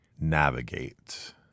navigate